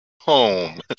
Home